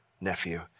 nephew